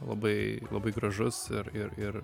labai labai gražus ir ir ir